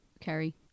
Kerry